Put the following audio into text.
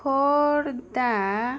Khordha